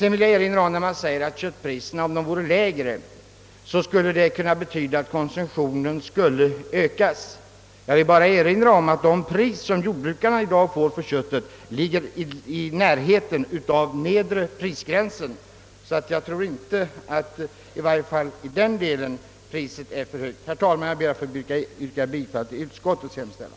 När det påstås att lägre köttpris skulle kunna betyda att konsumtionen ökas, vill jag erinra om att de priser som jordbrukarna i dag får för köttet ligger i närheten av nedre prisgränsen, varför det priset i varje fall inte kan vara för högt för jordbrukarna. Herr talman! Jag ber att få yrka bifall till utskottets hemställan.